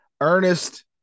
Ernest